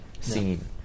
scene